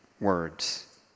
words